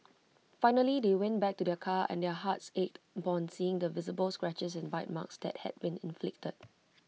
finally they went back to their car and their hearts ached upon seeing the visible scratches and bite marks that had been inflicted